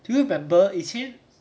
do you remember 以前